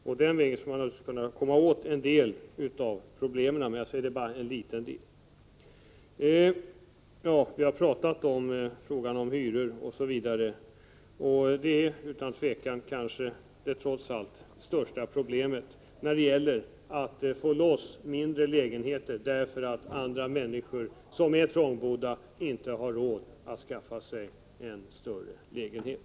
På det sättet skulle vi kunna komma åt en del av problemet, även om det bara är en liten del. Vi har redan talat om hyror. Det kanske största problemet när det gäller att få loss mindre lägenheter är nog trots allt att människor som är trångbodda inte har råd att skaffa sig en större lägenhet.